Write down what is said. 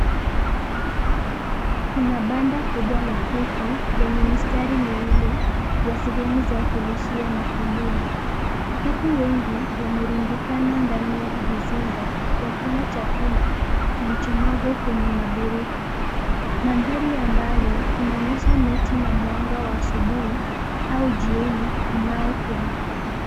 Kuna banda kubwa la kuku lenye mistari miwili ya sehemu za kulishia na kulia. Kuku wengi wamerundikana ndani ya vizimba wakila chakula kilichomwagwa kwenye mabirika. Mandhari ya mbali inaonyesha miti na mwanga wa asubuhi au jioni unaopenya.